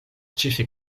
ĉefe